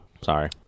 sorry